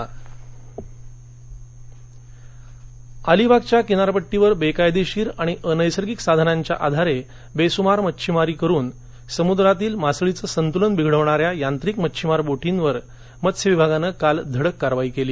कारवाई रायगड अलिबागच्या किनारपट्टीवर बेकायदेशीर आणि अनैसर्गिक साधनांच्या आधारे बेसुमार मच्छिमारी करून समुद्रातील मासळीचे संतूलन बिघडविणाऱ्या यांत्रिक मच्छिमारी बोटीवर मत्स्य विभागानं काल धडक कारवाई केली